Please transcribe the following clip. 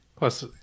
Plus